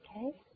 Okay